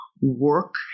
work